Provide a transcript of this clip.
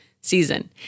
season